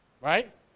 Right